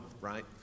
right